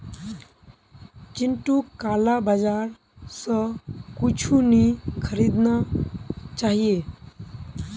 चिंटूक काला बाजार स कुछू नी खरीदना चाहिए